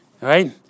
right